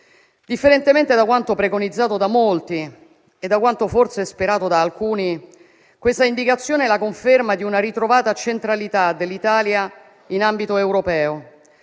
Differentemente da quanto preconizzato da molti e da quanto forse sperato da alcuni, questa indicazione è la conferma di una ritrovata centralità dell'Italia in ambito europeo,